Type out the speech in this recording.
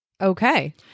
okay